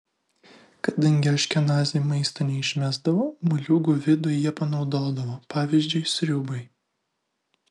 kadangi aškenaziai maisto neišmesdavo moliūgų vidų jie panaudodavo pavyzdžiui sriubai